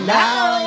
now